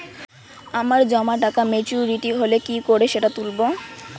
আমার জমা টাকা মেচুউরিটি হলে কি করে সেটা তুলব?